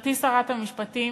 גברתי שרת המשפטים,